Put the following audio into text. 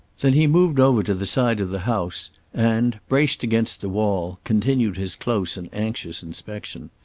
then he moved over to the side of the house and braced against the wall continued his close and anxious inspection.